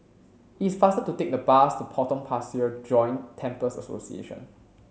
it's faster to take the bus to Potong Pasir Joint Temples Association